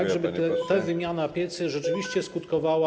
tak żeby ta wymiana pieców rzeczywiście skutkowała.